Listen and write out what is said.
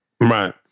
right